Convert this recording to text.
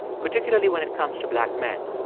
particularly when it comes to black men?